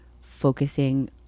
focusing